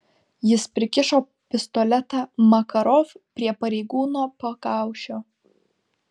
jis prikišo pistoletą makarov prie pareigūno pakaušio